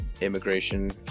immigration